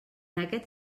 aquest